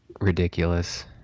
ridiculous